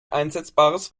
einsetzbares